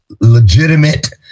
legitimate